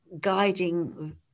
guiding